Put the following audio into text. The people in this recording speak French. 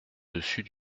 dessus